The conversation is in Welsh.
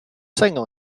sengl